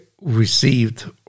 received